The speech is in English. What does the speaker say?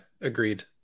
Agreed